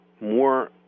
more